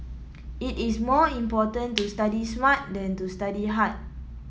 it is more important to study smart than to study hard